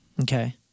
Okay